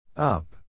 Up